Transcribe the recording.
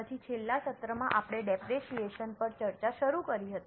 પછી છેલ્લા સત્રમાં આપણે ડેપરેશીયેશન પર ચર્ચા શરૂ કરી હતી